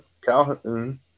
Calhoun